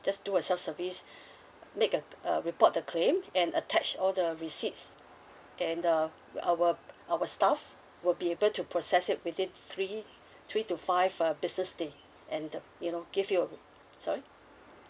just do a self service uh make a uh report the claim and attach all the receipts and uh our our staff will be able to process it within three three to five uh business day and uh you know give you a sorry